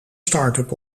startup